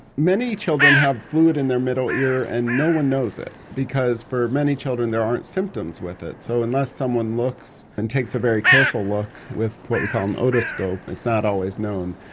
many children have fluid in their middle ear and no one knows it, because for many children there aren't symptoms with it, so unless someone looks and takes a very careful look with what we call an otoscope, it's not always known.